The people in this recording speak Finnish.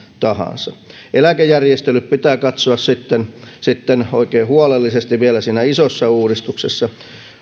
tahansa eläkejärjestelyt pitää katsoa sitten sitten oikein huolellisesti vielä siinä isossa uudistuksessa